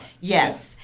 yes